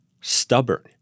stubborn